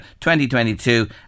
2022